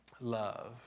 love